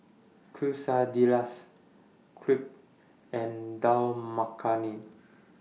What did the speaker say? Quesadillas Crepe and Dal Makhani